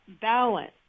balance